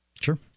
Sure